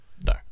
No